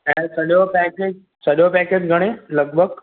ऐं सॼो पैकिट सॼो पैकिट घणे लॻिभॻि